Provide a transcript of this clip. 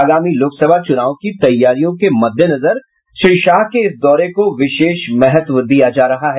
आगामी लोकसभा चुनाव की तैयारियों के मद्देनजर श्री शाह के इस दौरे को विशेष महत्व दिया जा रहा है